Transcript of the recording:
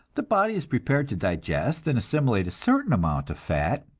the body is prepared to digest and assimilate a certain amount of fat,